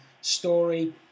story